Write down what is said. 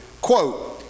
quote